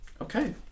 Okay